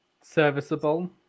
serviceable